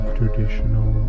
traditional